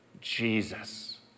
Jesus